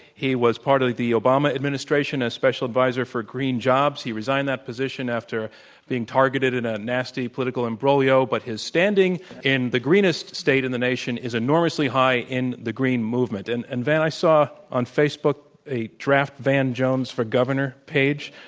he was part of the the obama administration as special advisor for green jobs, he resigned that position after being targeted in a nasty political imbroglio, but his standing in the greenest state in the nation is enormously high in the green movement, and and van, i saw on facebook only today, a draft van jones for governor page?